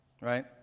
right